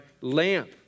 lamp